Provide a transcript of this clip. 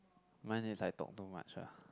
mine is like talk too much lah